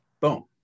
Boom